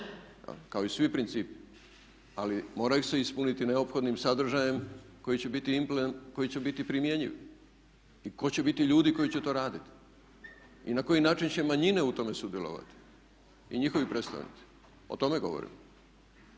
kao i svi principi, ali moraju se ispuniti neophodnim sadržajem koji će biti primjenjiv i ko će biti ljudi koji će to raditi, i na koji način će manjine u tome sudjelovati i njihovi predstavnici? O tome govorim.